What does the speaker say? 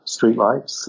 streetlights